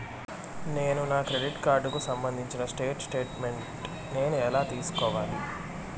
నేను నా క్రెడిట్ కార్డుకు సంబంధించిన స్టేట్ స్టేట్మెంట్ నేను ఎలా తీసుకోవాలి?